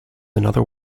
another